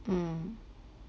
mm